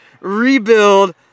rebuild